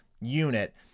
unit